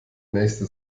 nächste